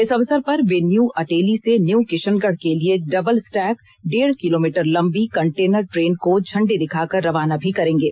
इस अवसर पर वे न्यू अटेली से न्यू किशनगढ़ के लिए डबल स्टैक डेढ़ किलोमीटर लंबी कंटेनर ट्रेन को झंडी दिखाकर रवाना भी करेंगे